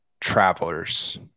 travelers